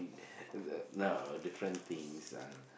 the no no different things ah